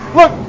Look